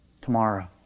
tomorrow